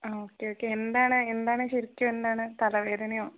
ആ okay okay എന്താണ് എന്താണ് ശരിക്കും എന്താണ് തലവേദനയോ